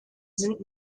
sind